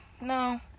No